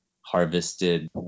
harvested